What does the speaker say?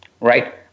right